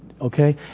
okay